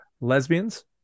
lesbians